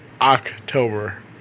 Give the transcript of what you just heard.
October